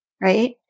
right